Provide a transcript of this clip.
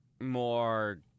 more